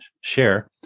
share